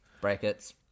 Brackets